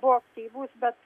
buvo aktyvūs bet